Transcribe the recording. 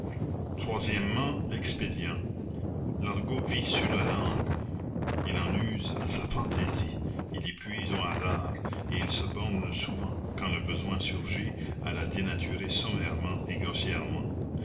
troisièmement l'expédient l'argot vit sur la langue il en use à sa fantaisie il y puise au hasard et il se borne souvent quand le besoin surgit à la dénaturer sommairement